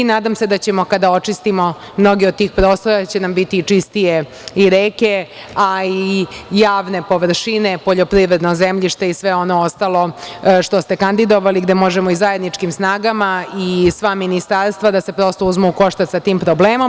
Nadam se da će nam, kada očistimo mnoge od tihi prostora, biti čistije i reke, a i javne površine, poljoprivredno zemljište i sve ono ostalo što ste kandidovali, gde možemo i zajedničkim snagama i sva ministarstva da se uzmu u koštac sa tim problemom.